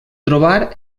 trobar